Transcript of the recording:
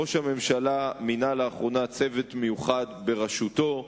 ראש הממשלה מינה לאחרונה צוות מיוחד בראשותו,